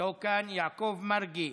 לא כאן, יעקב מרגי,